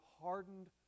hardened